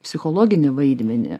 psichologinį vaidmenį